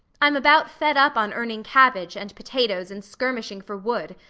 i'm about fed up on earning cabbage, and potatoes, and skirmishing for wood.